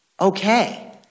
Okay